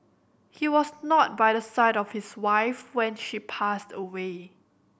he was not by the side of his wife when she passed away